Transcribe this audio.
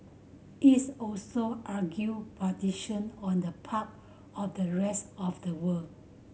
is also urged on the part of the rest of the world